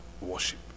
worship